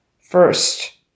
first